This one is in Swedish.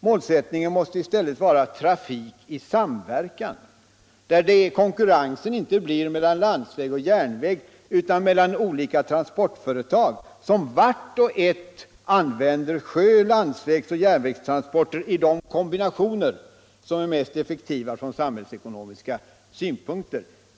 Målsättningen måste i stället vara trafik i samverkan, där konkurrensen inte finns mellan lastbil och järnväg utan mellan olika transportföretag som vart och ett använder sjö-, landsvägs och järnvägstransporter i de kombinationer som är mest effektiva från samhällsekonomiska synpunkter.